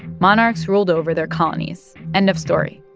monarchs ruled over their colonies, end of story.